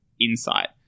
insight